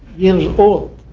years old,